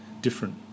different